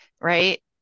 right